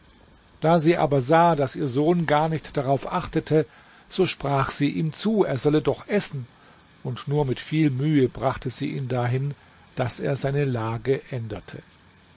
da sie aber sah daß ihr sohn gar nicht darauf achtete so sprach sie ihm zu er solle doch essen und nur mit viel mühe brachte sie ihn dahin daß er seine lage änderte